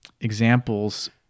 Examples